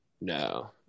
No